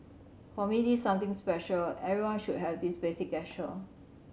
for me this something special everyone should have this basic gesture